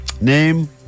name